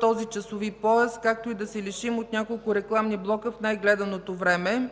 този часови пояс, както и да се лишим от няколко рекламни блока в най-гледаното време.